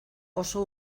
oso